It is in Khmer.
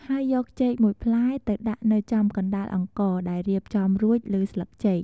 ហើយយកចេក ១ផ្លែទៅដាក់នៅចំកណ្តាលអង្ករដែលរៀបចំរួចលើស្លឹកចេក។